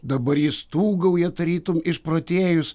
dabar ji stūgauja tarytum išprotėjus